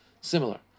similar